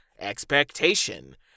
Expectation